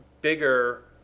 bigger